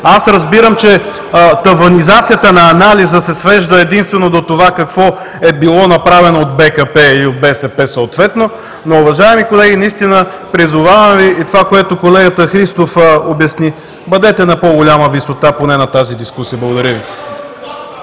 Аз разбирам, че таванизацията на анализа се свежда единствено до това какво е било направено от БКП и от БСП съответно. Уважаеми колеги, призовавам Ви – и това, което колегата Христов обясни: бъдете на по-голяма висота поне в тази дискусия. Благодаря Ви.